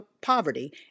poverty